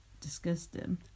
disgusting